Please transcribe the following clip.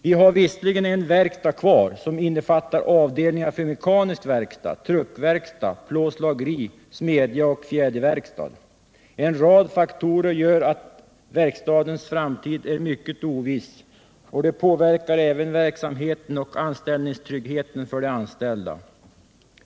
Vi har visserligen en enhet kvar, som bl.a. innefattar avdelningar för mekanisk verkstad, truckverkstad, plåtslageri, smedja och fjäderverkstad. En rad faktorer gör att verkstadens framtid är mycket oviss, och det påverkar även verksamheten och anställningstryggheten för de anställda.